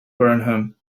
burnham